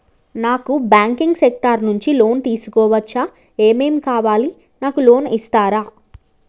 నాకు banking sector నుంచి loan తీసుకోవచ్చా? ఏమేం కావాలి? నాకు లోన్ ఇస్తారా?